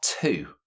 two